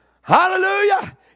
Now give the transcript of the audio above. Hallelujah